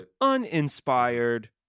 uninspired